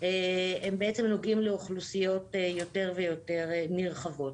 נוגעים לאוכלוסיות יותר ויותר נרחבות.